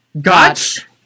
Gotch